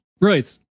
Royce